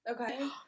Okay